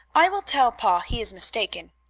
i will tell pa he is mistaken.